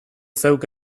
zeuk